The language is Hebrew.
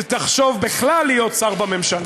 תחשוב בכלל להיות שר בממשלה.